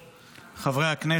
מריע לחבר.